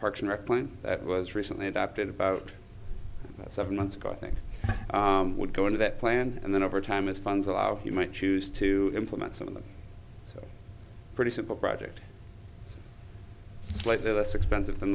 plan that was recently adopted about seven months ago i think would go into that plan and then over time as funds allow you might choose to implement some of them pretty simple project slightly less expensive than